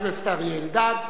חבר הכנסת אריה אלדד,